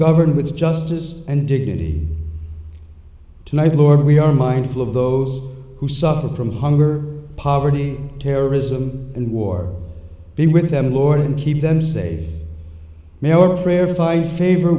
govern with justice and dignity to night lord we are mindful of those who suffer from hunger poverty terrorism and war be with them lord and keep them sa